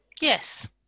Yes